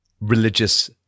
religious